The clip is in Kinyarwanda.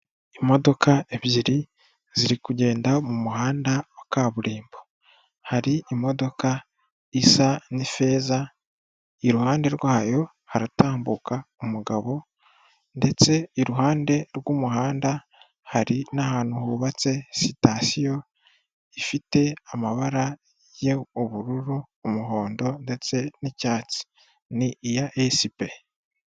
Imodoka ebyiri ziri kugenda mu muhanda wa kaburimbo hari imodoka isa n'ifeza iruhande rwayo haratambuka umugabo ndetse iruhande rw'umuhanda hari n'ahantu hubatse sitasiyo ifite amabara y'ubururu umuhondo ndetse n'icyatsi ni iya Esipe.